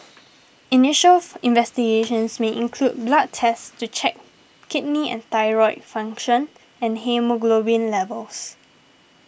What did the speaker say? initials investigations may include blood tests to check kidney and thyroid function and haemoglobin levels